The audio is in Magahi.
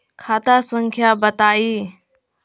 खाता संख्या बताई?